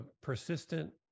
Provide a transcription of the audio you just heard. persistent